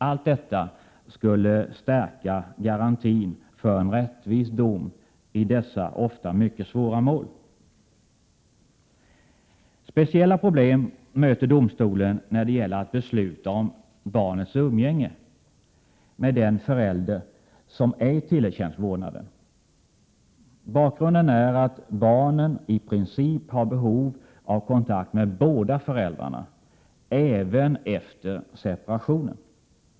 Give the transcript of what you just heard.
Allt detta skulle stärka garantin för en rättvis dom i dessa ofta mycket svåra mål. Speciella problem möter domstolen när det gäller att besluta om barnets umgänge med den förälder som ej tillerkänts vårdnaden. Bakgrunden är att barnen i princip har behov av kontakt med båda föräldrarna även efter separationen.